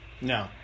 No